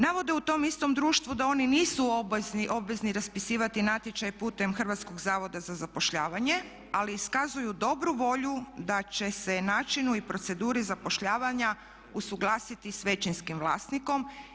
Navode u tom istom društvu da oni nisu obvezni raspisivati natječaj putem Hrvatskog zavoda za zapošljavanje, ali iskazuju dobru volju da će se načinu i proceduri zapošljavanja usuglasiti sa većinskim vlasnikom.